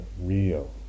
real